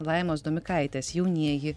laimos domikaitės jaunieji